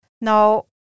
Now